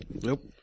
Nope